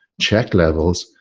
check levels,